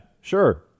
sure